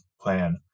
plan